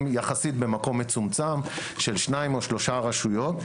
במקום יחסית מצומצם של שתיים או שלוש רשויות.